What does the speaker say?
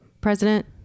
president